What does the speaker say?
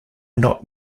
not